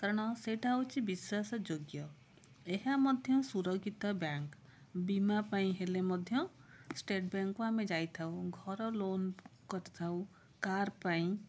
କାରଣ ସେଇଟା ହଉଛି ବିଶ୍ୱାସ ଯୋଗ୍ୟ ଏହା ମଧ୍ୟ ସୁରକ୍ଷିତ ବ୍ୟାଙ୍କ ବୀମା ପାଇଁ ହେଲେ ମଧ୍ୟ ଷ୍ଟେଟ ବ୍ୟାଙ୍କକୁ ଆମେ ଯାଇଥାଉ ଘର ଲୋନ୍ କରିଥାଉ କାର୍ ପାଇଁ